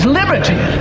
liberty